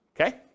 okay